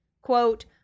quote